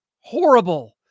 horrible